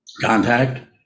Contact